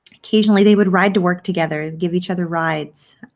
occasionally, they would ride to work together give each other rides,